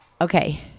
okay